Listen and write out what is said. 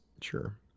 Sure